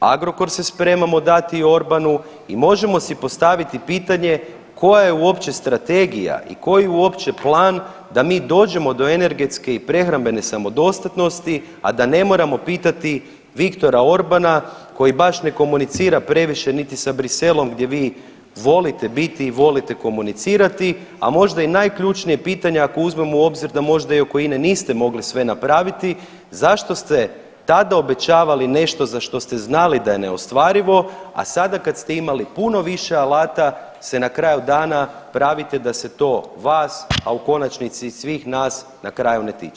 Agrokor se spremamo dati Orbanu i možemo si postaviti pitanje koja je uopće strategija i koji je uopće plan da mi dođemo do energetske i prehrambene samodostatnosti, a da ne moramo pitati Viktora Orbana koji baš ne komunicira previše niti sa Bruxellesom gdje vi volite biti i volite komunicirati, a možda i najključnije pitanje ako uzmemo u obzir da možda i oko INA-e niste mogli sve napraviti zašto ste tada obećavali nešto za što ste znali da je neostvarivo, a sada kad ste imali puno više alata se na kraju dana pravite da se to vas, a u konačnici i svih nas na kraju ne tiče.